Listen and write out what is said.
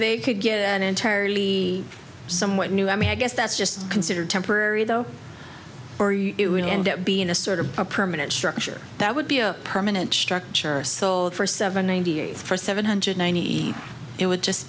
they could get an entirely somewhat new i mean i guess that's just considered temporary though or it would end up being a sort of permanent structure that would be a permanent structure so that for seven ninety eight for seven hundred ninety eight it would just